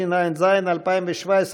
התשע"ז 2017,